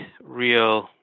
real